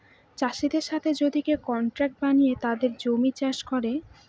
চাষীদের সাথে যদি কেউ কন্ট্রাক্ট বানিয়ে তাদের জমি চাষ করে